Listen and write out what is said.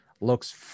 looks